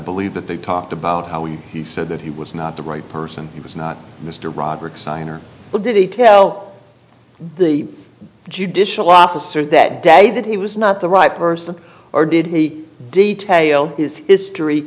believe that they talked about how he said that he was not the right person he was not mr brodrick signer but did he tell the judicial officer that day that he was not the right person or did he detail his history